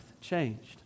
changed